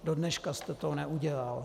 Dodnes jste to neudělal.